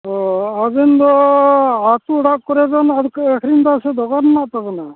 ᱚᱸᱻ ᱟᱵᱮᱱ ᱫᱚ ᱟᱛᱳ ᱚᱲᱟᱜ ᱠᱚᱨᱮ ᱫᱚᱢ ᱟᱹᱠᱷᱨᱤᱧ ᱮᱫᱟ ᱥᱮ ᱰᱚᱜᱚᱨ ᱢᱮᱱᱟᱜ ᱛᱟᱵᱮᱱᱟ